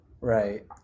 Right